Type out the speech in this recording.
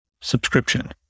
subscription